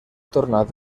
tornat